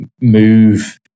move